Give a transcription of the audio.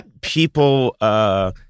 people